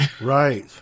Right